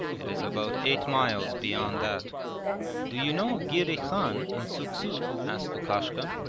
it is about eight miles beyond that do you know girey khan in suuk-su asked lukashka,